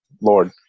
Lord